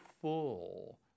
full